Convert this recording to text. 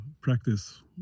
practice